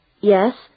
Yes